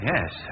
Yes